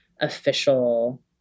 official